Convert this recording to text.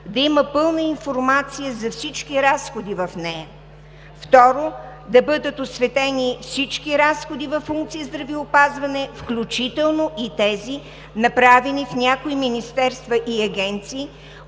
да има пълна информация за всички разходи в нея. Второ, да бъдат осветени всички разходи във функция „Здравеопазване“, включително и тези направени в някои министерства и агенции,